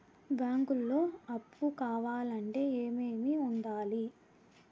బ్యాంకులో అప్పు కావాలంటే ఏమేమి ఉండాలి?